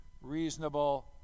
reasonable